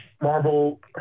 marvel